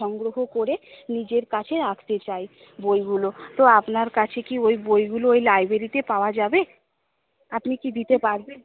সংগ্রহ করে নিজের কাছে রাখতে চাই বইগুলো তো আপনার কাছে কি ওই বইগুলো ওই লাইব্রেরিতে পাওয়া যাবে আপনি কি দিতে পারবেন